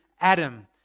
Adam